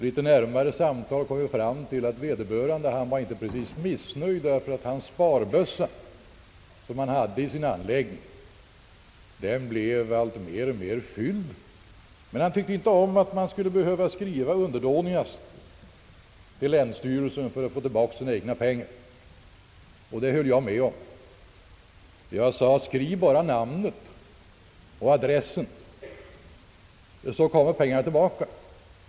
Vid ett närmare samtal kom vi fram till att vederbörande inte precis var missnöjd med att den sparbössa som han hade i sin anläggning blev mer och mer fylld. Men han tyckte inte om att behöva skriva »underdånigst» till länsstyrelsen för att få tillbaka sina egna pengar. Det höll jag med om och jag sade: Skriv bara namnet och adressen, så kommer pengarna tillbaka.